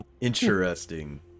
interesting